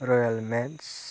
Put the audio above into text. Royal match